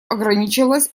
ограничивалось